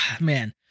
man